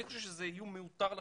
אני חושב שזה איום מיותר לחלוטין.